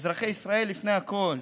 אזרחי ישראל לפני הכול.